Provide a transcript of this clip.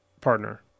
partner